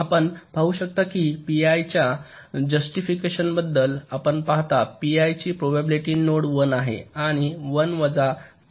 आपण पाहू शकता पीआय च्या 1 वजा पीआय जस्टिफिकेशन बद्दल आपण पाहता पी आय ची प्रोबॅबिलिटी नोड 1 आहे आणि 1 वजा पीआय ही नोड 0 ची प्रोबॅबिलिटी आहे